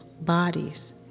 bodies